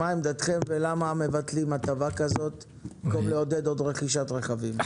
מה עמדתכם ולמה מבטלים הטבה כזאת במקום לעודד עוד רכישת רכבים?